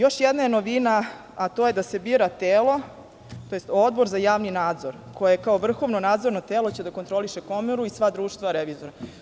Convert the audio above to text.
Još jedna novina je da se bira telo, odnosno Odbor za javni nadzor koji će, kao vrhovno nadzorno telo, da kontroliše komoru i sva društva revizora.